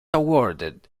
awarded